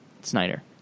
Snyder